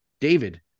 David